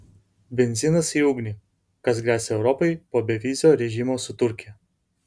benzinas į ugnį kas gresia europai po bevizio režimo su turkija